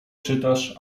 czytasz